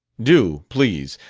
do, please,